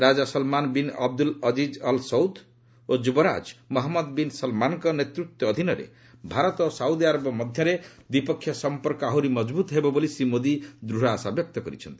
ରାଜା Salman bin Abdul Aziz Al Saud ଓ ଯୁବରାଜ Mohammed bin ସଲମାନଙ୍କ ନେତୃତ୍ୱ ଅଧୀନରେ ଭାରତ ଓ ସାଉଦି ଆରବ ମଧ୍ୟରେ ଦ୍ୱିପକ୍ଷୀୟ ସଂପର୍କ ଆହୁରି ମଜବୁତ ହେବ ବୋଲି ଶ୍ରୀ ମୋଦି ଦୂଢ଼ ଆଶା ବ୍ୟକ୍ତ କରିଛନ୍ତି